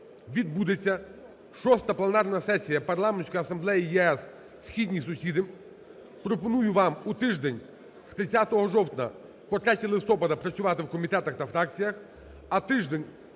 відбудеться шоста пленарна сесія Парламентської асамблеї ЄС "Східні сусіди", пропоную вам у тиждень з 30 жовтня по 3 листопада працювати у комітетах та фракціях, а тиждень